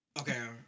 Okay